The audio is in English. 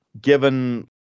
given